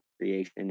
creation